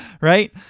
right